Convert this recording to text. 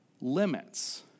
limits